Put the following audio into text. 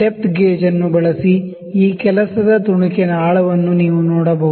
depth ಗೇಜನ್ನು ಬಳಸಿ ಈ ವರ್ಕ್ ಪೀಸ್ ನ ಆಳವನ್ನು ನೀವು ನೋಡಬಹುದು